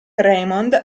raymond